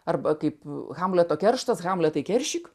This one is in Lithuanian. arba kaip hamleto kerštas hamletai keršyk